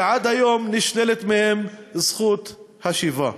עד היום נשללת מהם זכות השיבה.